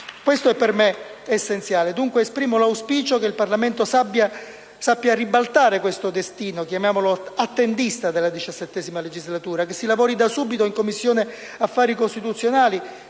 Questo è per me essenziale; dunque, esprimo l'auspicio che il Parlamento sappia ribaltare questo destino, chiamiamolo attendista, della XVII legislatura, che si lavori da subito in Commissione affari costituzionali